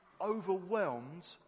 overwhelmed